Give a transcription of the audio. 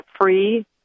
free